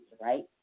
right